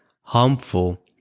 harmful